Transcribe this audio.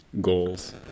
Goals